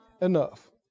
Enough